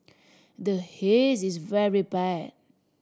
the Haze is very bad